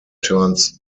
turns